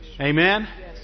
Amen